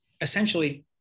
essentially